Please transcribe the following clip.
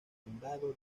condado